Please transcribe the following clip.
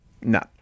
No